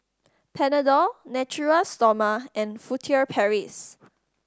Panadol Natura Stoma and Furtere Paris